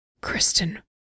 Kristen